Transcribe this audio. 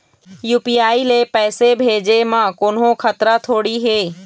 UPI ले पैसे भेजे म कोन्हो खतरा थोड़ी हे?